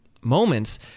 moments